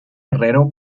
herrero